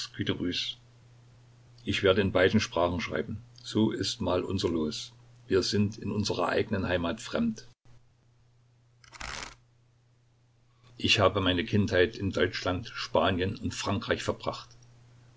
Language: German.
ich werde in beiden sprachen schreiben so ist mal unser los wir sind in unserer eigenen heimat fremd ich habe meine kindheit in deutschland spanien und frankreich verbracht